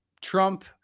Trump